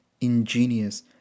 ingenious